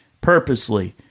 purposely